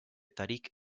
tarik